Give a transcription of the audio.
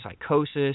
psychosis